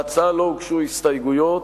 להצעה לא הוגשו הסתייגויות,